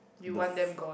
the